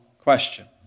question